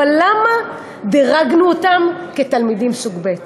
אבל למה דירגנו אותם כתלמידים סוג ב'?